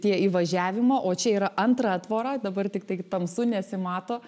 prie įvažiavimo o čia yra antra tvora dabar tiktai tamsu nesimato